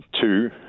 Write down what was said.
Two